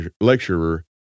lecturer